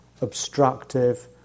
obstructive